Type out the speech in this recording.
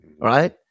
right